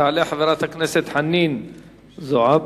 תעלה חברת הכנסת חנין זועבי,